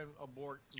abort